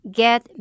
get